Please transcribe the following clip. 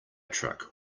truck